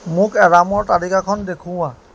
মোক এলাৰ্মৰ তালিকাখন দেখুওৱা